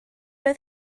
oedd